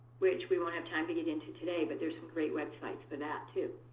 which we won't have time to get into today, but there's some great websites for that, too.